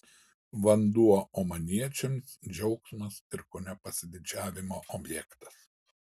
vanduo omaniečiams džiaugsmas ir kone pasididžiavimo objektas